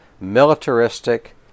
militaristic